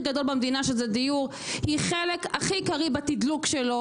גדול במדינה שזה דיור היא חלק הכי עיקרי בתדלוק שלו,